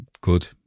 good